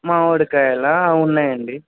మామిడికాయలా ఉన్నాయండి